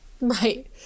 Right